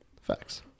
Facts